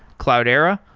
cloudera,